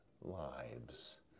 lives